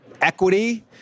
equity